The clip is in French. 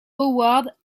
howard